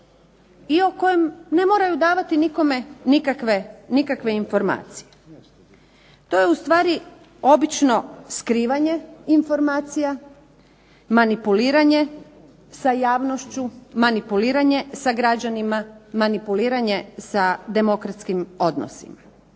i o kojem ne moraju davati nikome nikakve informacije. To je ustvari obično skrivanje informacija, manipuliranje sa javnošću, manipuliranje sa građanima, manipuliranje sa demokratskim odnosima.